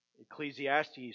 Ecclesiastes